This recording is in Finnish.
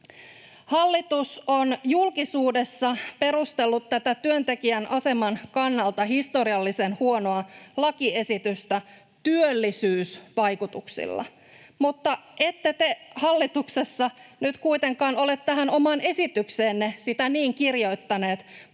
Hallitus on julkisuudessa perustellut tätä työntekijän aseman kannalta historiallisen huonoa lakiesitystä työllisyysvaikutuksilla, mutta ette te hallituksessa nyt kuitenkaan ole tähän omaan esitykseenne sitä niin kirjoittaneet